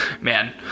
man